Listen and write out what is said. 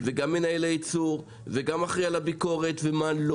גם מנהל הייצור וגם אחראי על הביקורת וכו'.